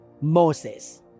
Moses